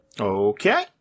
Okay